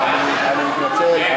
אני מתנצל.